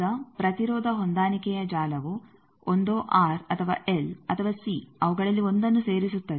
ಈಗ ಪ್ರತಿರೋಧ ಹೊಂದಾಣಿಕೆಯ ಜಾಲವು ಒಂದೋ ಆರ್ ಅಥವಾ ಎಲ್ ಅಥವಾ ಸಿ ಅವುಗಳಲ್ಲಿ ಒಂದನ್ನು ಸೇರಿಸುತ್ತದೆ